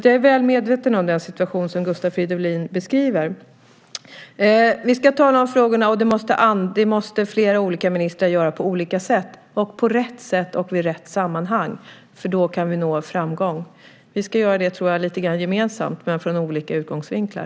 Jag är väl medveten om den situation som Gustav Fridolin beskriver. Vi ska tala om frågorna och det måste flera olika ministrar göra på olika sätt, på rätt sätt och i rätt sammanhang. Då kan vi nå framgång. Vi ska göra det lite grann gemensamt men från olika utgångsvinklar.